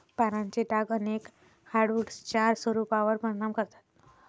पानांचे डाग अनेक हार्डवुड्सच्या स्वरूपावर परिणाम करतात